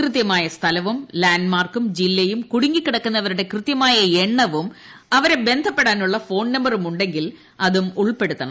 കൃത്യമായ സ്ഥലവും ലാൻഡ്മാർക്കും ജില്ലയും കുടുങ്ങികിടക്കുന്നവരുടെ കൃത്യമായ എണ്ണവും അവരെ ബന്ധപ്പെടാനുള്ള ഫോൺ നമ്പരും ഉണ്ടെങ്കിൽ അതും ഉൾപ്പെടുത്തണം